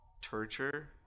torture